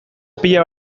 pilo